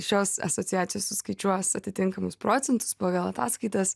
šios asociacijos suskaičiuos atitinkamus procentus pagal ataskaitas